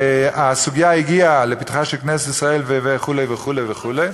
הסוגיה הגיעה לפתחה של כנסת ישראל, וכו' וכו'.